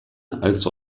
als